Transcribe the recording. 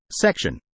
section